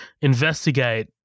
investigate